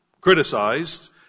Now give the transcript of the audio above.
criticized